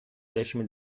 decimi